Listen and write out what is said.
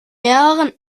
mehreren